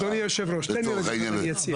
אדוני, יושב הראש, תן לי רגע ואני אציג.